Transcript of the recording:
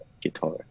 guitar